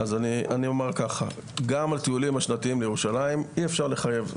אז אני אומר ככה: גם טיולים שנתיים לירושלים אי-אפשר לחייב.